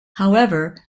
however